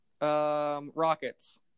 Rockets